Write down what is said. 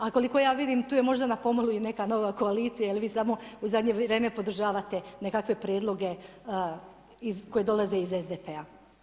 A koliko ja vidim tu je možda na pomolu i neka nova koalicija ili vi samo u zadnje vrijeme podržavate nekakve prijedloge koji dolaze iz SDP-a